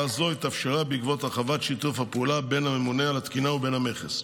זו התאפשרה בעקבות הרחבת שיתוף הפעולה בין הממונה על התקינה ובין המכס.